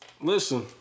Listen